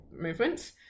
movements